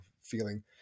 feeling